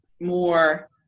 more